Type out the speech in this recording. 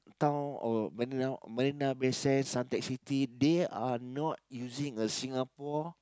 town or Marina Marina Bay Sands Suntec City they are not using a Singapore